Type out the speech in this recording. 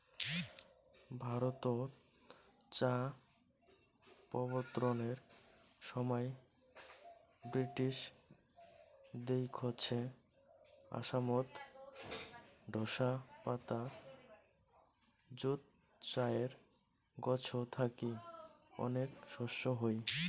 ভারতত চা প্রবর্তনের সমাই ব্রিটিশ দেইখছে আসামত ঢোসা পাতা যুত চায়ের গছ থাকি অনেক শস্য হই